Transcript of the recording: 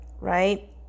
right